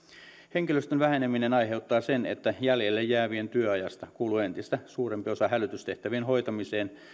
henkilöstön väheneminen aiheuttaa sen että jäljelle jäävien työajasta kuluu entistä suurempi osa hälytystehtävien hoitamiseen